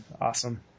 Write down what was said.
Awesome